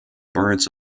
birds